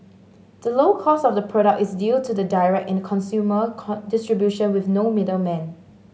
the low cost of the product is due to the direct in consumer con distribution with no middlemen